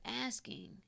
asking